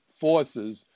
forces